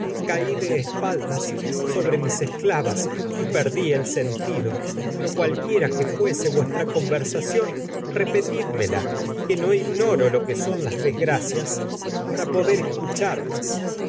caí de espaldas sobre mis esclavas vuestra y perdí el sentido pero cualquiera que no que fuese conversación repetídmela ignoro lo que son las desgracias para poder escucharlas